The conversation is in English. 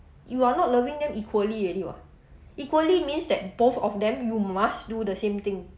you are not loving them equally already [what] equally means that both of them you must do the same thing